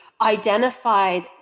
identified